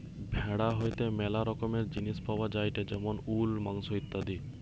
ভেড়া হইতে ম্যালা রকমের জিনিস পাওয়া যায়টে যেমন উল, মাংস ইত্যাদি